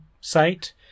site